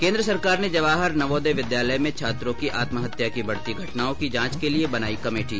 केन्द्र सरकार ने जवाहर नवोदय विद्यालय में छात्रों की आत्महत्या की बढ़ती घटनाओं की जांच के लिए बनाई कमेटी